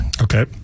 Okay